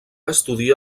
estudia